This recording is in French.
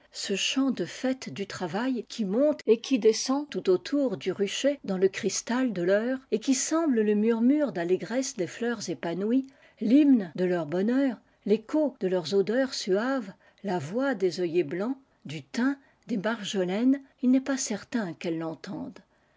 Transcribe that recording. ce chant de fête du travail qui monte et qui descend tout autour du rucher dans le cristal de l'heure et qui semble le murmure d'allégresse des fleurs épanouies l'hymne de leur bonheur l'écho de leurs odeurs suaves a voix des œillets blancs du thym des marjolaines il n'est pas certain qu'elles l'entendent